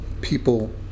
people